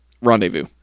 rendezvous